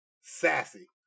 Sassy